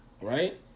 Right